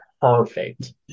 perfect